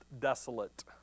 desolate